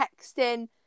texting